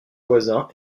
voisin